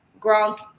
Gronk